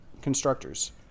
constructors